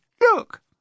look